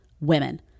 women